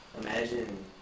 Imagine